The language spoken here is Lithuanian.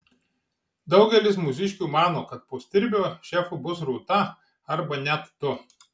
daugelis mūsiškių mano kad po stirbio šefu bus rūta arba net tu